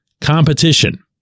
competition